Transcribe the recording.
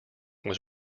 was